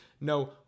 No